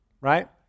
right